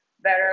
better